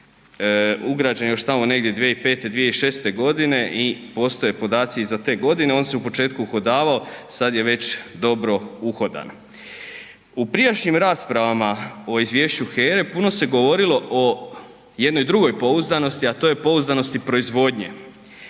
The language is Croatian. ugrađen još tamo negdje 2005., 2006.g. i postoje podaci i za te godine, on se u početku uhodavao, sad je već dobro uhodan. U prijašnjim raspravama o izvješću HERA-e puno se govorilo o jednoj drugoj pouzdanosti, a to je pouzdanosti proizvodnje,